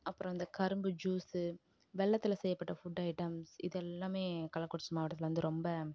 அப்புறம் இந்த கரும்பு ஜூஸ்ஸு வெல்லத்தில் செய்யப்பட்ட ஃபுட் ஐட்டம்ஸ் இது எல்லாம் கள்ளக்குறிச்சி மாவட்டத்தில் வந்து ரொம்ப